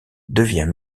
devient